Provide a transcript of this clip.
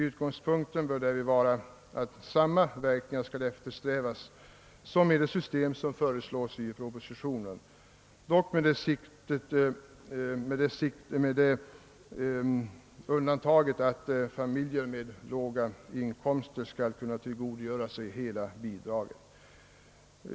Utgångspunkten bör därvid vara att samma verkningar skall eftersträvas enligt det system som föreslås i propositionen, dock med det undantaget att familjer med låga inkomster skall kunna tillgodogöra sig hela bidraget.